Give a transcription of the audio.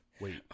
Wait